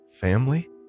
family